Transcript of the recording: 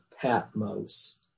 Patmos